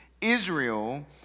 Israel